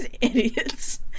idiots